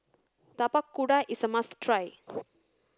Tapak Kuda is a must try